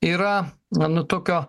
yra nu tokio